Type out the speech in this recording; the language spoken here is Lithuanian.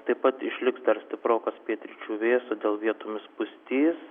taip pat išliks dar stiprokas pietryčių vėjas todėl vietomis pustys